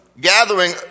gathering